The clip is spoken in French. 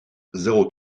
zéro